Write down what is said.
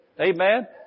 Amen